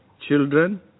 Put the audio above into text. children